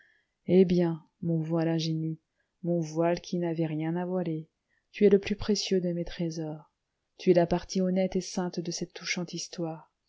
eh bien mon voile ingénu mon voile qui n'avais rien à voiler tu es le plus précieux de mes trésors tu es la partie honnête et sainte de cette touchante histoire